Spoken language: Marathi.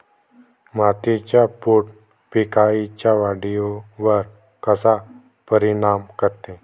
मातीचा पोत पिकाईच्या वाढीवर कसा परिनाम करते?